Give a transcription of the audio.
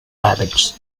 rabbits